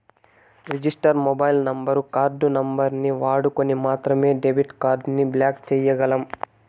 register mobile number, card నంబరుని వాడుకొని మాత్రమే డెబిట్ కార్డుని బ్లాక్ చేయ్యగలం